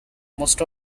most